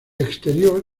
exterior